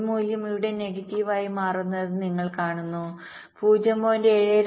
ഒരു മൂല്യം ഇവിടെ നെഗറ്റീവ് ആയി മാറുന്നത് നിങ്ങൾ കാണുന്നു 0